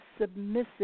submissive